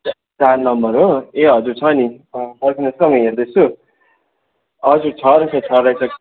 चार नम्बर हो ए हजुर छ नि छ पर्खिनुहोस् ल म हेर्दैछु हजुर छ रहेछ छ रहेछ